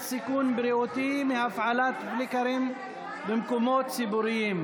סיכון בריאותי מהפעלת פליקרים במקומות ציבוריים.